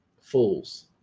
Fools